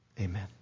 amen